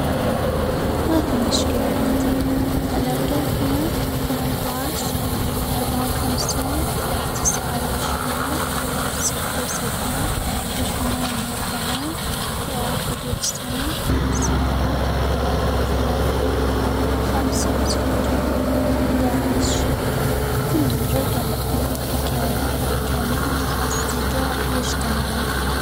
ما في مشكلة عندي، الأرجام هي ثمانية عشر، أربعة وخمسون، تسعة وعشرون، ستة وسبعون، اثنان وأربعون، واحد وتسعون، سبعة، ثلاثة وثلاثون، خمسةو ستون، أحد عشر، كل رجم له حكاية، كأنهم أصدجاء يجتمعون.